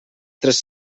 tres